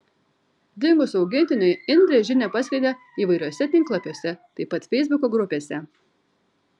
dingus augintiniui indrė žinią paskleidė įvairiuose tinklapiuose taip pat feisbuko grupėse